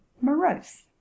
morose